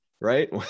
right